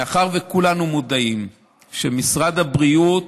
מאחר שכולנו מודעים שמשרד הבריאות